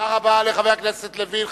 תודה רבה לחבר הכנסת לוין.